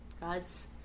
God's